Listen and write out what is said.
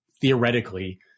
theoretically